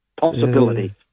possibility